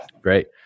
Great